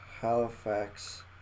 Halifax